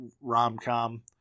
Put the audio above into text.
rom-com